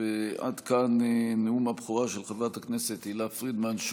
עד כאן נאום הבכורה של חברת הכנסת תהלה פרידמן.